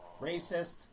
Racist